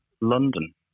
London